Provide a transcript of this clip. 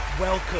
welcome